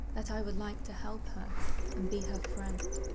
that i would like to help her and be her friend.